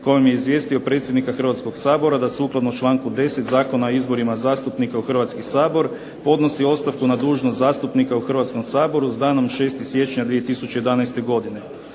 kojom je izvijestio predsjednika Hrvatskoga sabora da sukladno članku 10. zakona o izborima zastupnika u Hrvatski sabor podnosi ostavku na dužnost zastupnika u Hrvatskom saboru s danom 6. siječnja 2011. godine.